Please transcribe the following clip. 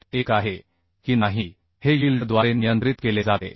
1 आहे की नाही हे यील्डद्वारे नियंत्रित केले जाते